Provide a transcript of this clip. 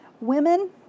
Women